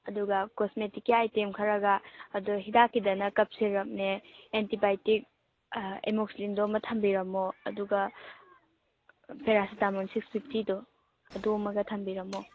ꯑꯗꯨꯒ ꯀꯣꯁꯃꯦꯇꯤꯛꯀꯤ ꯑꯥꯏꯇꯦꯝ ꯈꯔꯒ ꯑꯗꯣ ꯍꯤꯗꯥꯛꯀꯤꯗꯅ ꯀꯐ ꯁꯤꯔꯞꯅꯦ ꯑꯦꯟꯇꯤꯕꯥꯏꯑꯣꯇꯤꯛ ꯑꯦꯃꯣꯛꯁꯤꯂꯤꯟꯗꯨ ꯑꯃ ꯊꯝꯕꯤꯔꯝꯃꯣ ꯑꯗꯨꯒ ꯄꯦꯔꯥꯁꯤꯇꯥꯃꯣꯟ ꯁꯤꯛꯁ ꯐꯤꯐꯇꯤꯗꯣ ꯑꯗꯨ ꯑꯃꯒ ꯊꯝꯕꯤꯔꯝꯃꯣ